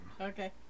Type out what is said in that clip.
okay